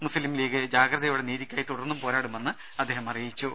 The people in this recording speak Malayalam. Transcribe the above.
മുസ്ലിംലീഗ് ജാഗ്രതയോടെ നീതിക്കായി തുടർന്നും പോരാടുമെന്നും അദ്ദേഹം അറിയിച്ചു